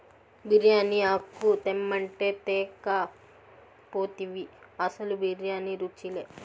బిర్యానీ ఆకు తెమ్మంటే తేక పోతివి అసలు బిర్యానీ రుచిలే